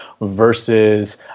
versus